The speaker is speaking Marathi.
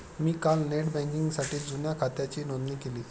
मी काल नेट बँकिंगसाठी जुन्या खात्याची नोंदणी केली